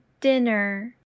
dinner